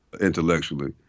intellectually